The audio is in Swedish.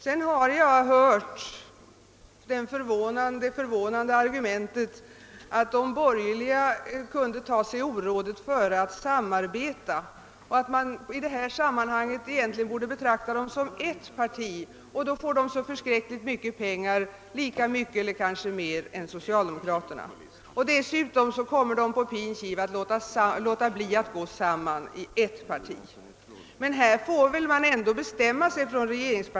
Jag har också hört det förvånande argumentet, att de borgerliga kunde ta sig orådet före att samarbeta och att man i detta sammanhang egentligen borde betrakta dem som ett parti. De skulle få så förskräckligt mycket pengar — lika mycket som eller kanske mer än socialdemokraterna. Dessutom kunde de på pin kiv låta bli att gå samman i ett parti. Här får man väl ändå på regeringspartihåll bestämma sig.